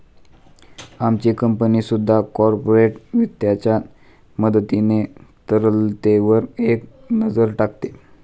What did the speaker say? आमची कंपनी सुद्धा कॉर्पोरेट वित्ताच्या मदतीने तरलतेवर एक नजर टाकते